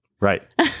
Right